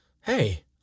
hey